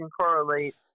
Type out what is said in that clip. correlate